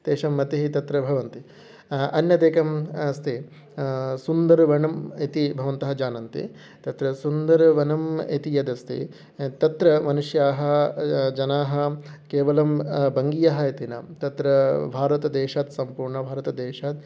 तेषां मतिः तत्र भवन्ति अन्यदेकम् अस्ति सुन्दरवनम् इति भवन्तः जानन्ति तत्र सुन्दरवनम् इति यदस्ति तत्र मनुष्याः जनाः केवलं वङ्गीयः इति न तत्र भारतदेशात् सम्पूर्णभारतदेशात्